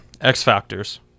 X-Factors